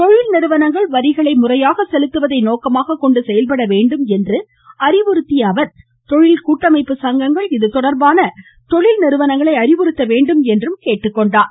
தொழில் நிறுவனங்கள் வரிகளை முறைகளை செலுத்துவதை நோக்கமாகக் கொண்டு செயல்பட வேண்டும் என்று அறிவுறுத்திய அவர் தொழில்கூட்டமைப்பு சங்கங்கள் இதுதொடர்பான தொழில்நிறுவனங்களை அறிவுறுத்த வேண்டும் என்றும் குறிப்பிட்டார்